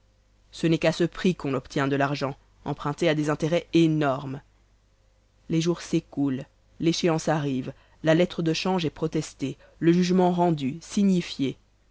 ce n'est qu'à ce prix qu'on obtient de l'argent emprunté à des intérêts énormes les jours s'écoulent l'échéance arrive la lettre de change est protestée le jugement rendu signifié